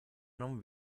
non